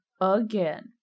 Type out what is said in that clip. again